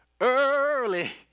Early